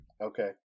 Okay